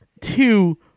two